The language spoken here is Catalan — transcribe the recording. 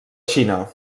xina